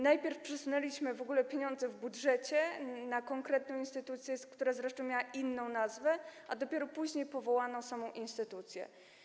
Najpierw w ogóle przesunęliśmy pieniądze w budżecie na konkretną instytucję, która zresztą miała inną nazwę, a dopiero później powołano samą instytucję.